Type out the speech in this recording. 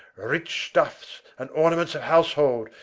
rich stuffes and ornaments of houshold,